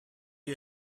you